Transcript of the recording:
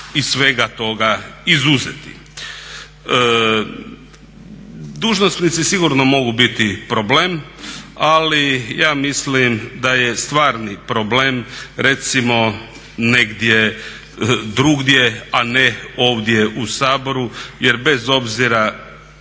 iz svega toga izuzeti. Dužnosnici sigurno mogu biti problem, ali ja mislim da je stvarni problem recimo negdje drugdje, a ne ovdje u Saboru jer bez obzira